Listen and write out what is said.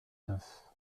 neuf